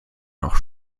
noch